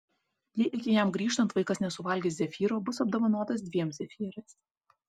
jei iki jam grįžtant vaikas nesuvalgys zefyro bus apdovanotas dviem zefyrais